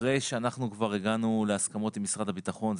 אחרי שאנחנו כבר הגענו להסכמות עם משרד הביטחון,